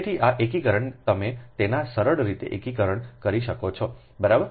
તેથી આ એકીકરણ તમે તેને સરળ રીતે એકીકરણ કરી શકો છો બરાબર